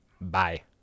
Bye